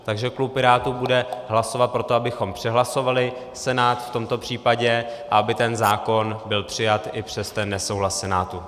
Takže klub Pirátů bude hlasovat pro to, abychom přehlasovali Senát v tomto případě a aby ten zákon byl přijat i přes nesouhlas Senátu.